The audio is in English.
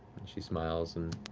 and she smiles and